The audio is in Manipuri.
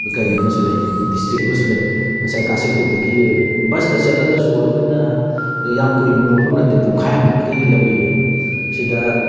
ꯀꯔꯤ ꯑꯃꯁꯨ ꯂꯩ ꯗꯤꯁꯇ꯭ꯔꯤꯛ ꯑꯃꯁꯨ ꯂꯩ ꯉꯁꯥꯏ ꯀꯥꯁꯤꯄꯨꯔꯗꯒꯤ ꯕꯁꯇ ꯆꯠꯂꯒꯁꯨ ꯑꯩꯈꯣꯏꯅ ꯌꯥꯝ ꯀꯨꯏꯕ ꯃꯐꯝ ꯅꯠꯇꯦ ꯄꯨꯡꯈꯥꯏꯃꯨꯛꯀꯤ ꯂꯝꯕꯤꯅꯤ ꯁꯤꯗ